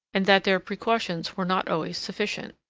and that their precautions were not always sufficient.